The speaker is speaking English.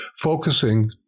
focusing